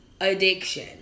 addiction